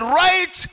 right